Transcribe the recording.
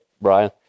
Brian